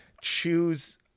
choose